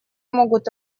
могут